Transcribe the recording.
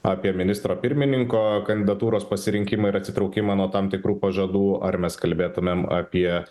apie ministro pirmininko kandidatūros pasirinkimą ir atsitraukimą nuo tam tikrų pažadų ar mes kalbėtumėm apie